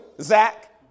Zach